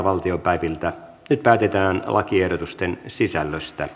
nyt päätetään lakiehdotusten sisällöstä